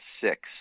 six